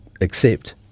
accept